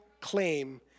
claim